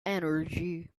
energy